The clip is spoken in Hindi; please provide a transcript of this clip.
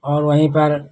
और वहीं पर